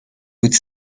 with